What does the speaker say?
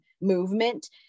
movement